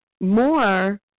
more